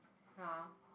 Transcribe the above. ya